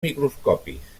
microscopis